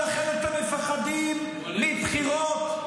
ולכן אתם מפחדים מבחירות,